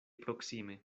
proksime